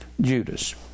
Judas